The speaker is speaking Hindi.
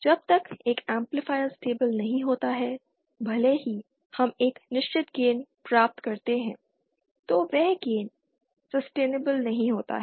जब तक एक एम्पलीफायर स्टेबिल नहीं होता है भले ही हम एक निश्चित गेन प्राप्त करते हैं तो वह गेन सस्टेनेबल नहीं होता है